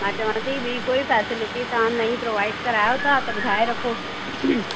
मां चवां थी ॿीं कोई फ़ेसिलिटी तव्हां नई प्रोवाइड करायो था त ॿुधाए रखो